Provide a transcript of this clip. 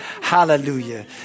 Hallelujah